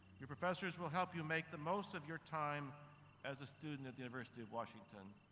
your professors will help you make the most of your time as a student at the university of washington.